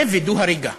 זה וידוא הריגה.